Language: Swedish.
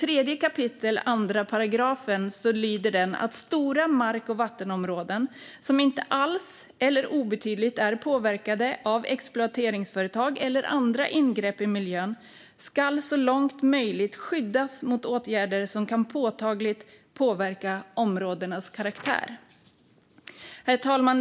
3 kap. 2 § lyder: Stora mark och vattenområden som inte alls eller obetydligt är påverkade av exploateringsföretag eller andra ingrepp i miljön skall så långt möjligt skyddas mot åtgärder som kan påtagligt påverka områdenas karaktär. Herr talman!